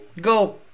go